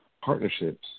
partnerships